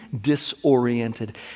disoriented